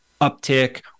uptick